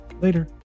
Later